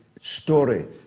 story